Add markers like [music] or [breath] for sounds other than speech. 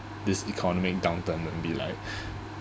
this economic downturn will be like [breath]